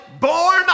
born